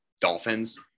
Dolphins